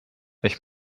ich